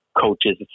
coaches